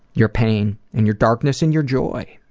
your pain and your darkness and your joy,